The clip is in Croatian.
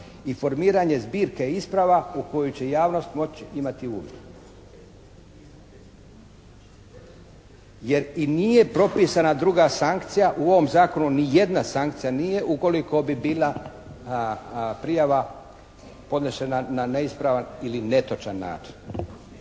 i formiranje zbirke isprava u koju će javnost moći imati uvid. Jer i nije propisana druga sankcija u ovom zakonu ni jedna sankcija nije ukoliko bi bila prijava podnešena na neispravan ili netočan način.